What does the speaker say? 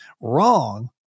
wrong